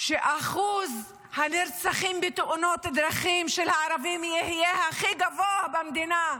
שאחוז הנרצחים הערבים בתאונות דרכים יהיה הכי גבוה במדינה?